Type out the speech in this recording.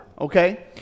okay